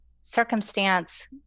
circumstance